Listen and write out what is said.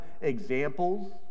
examples